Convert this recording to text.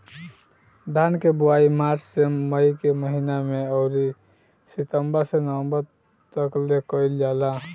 धान के बोआई मार्च से मई के महीना में अउरी सितंबर से नवंबर तकले कईल जाला